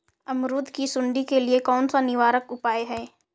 अमरूद की सुंडी के लिए कौन सा निवारक उपाय है?